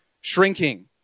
shrinking